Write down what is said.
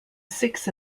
six